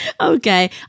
Okay